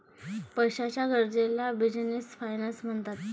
पैशाच्या गरजेला business finance म्हणतात